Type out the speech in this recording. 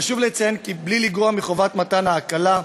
חשוב לציין כי בלי לגרוע מחובת מתן ההקלה,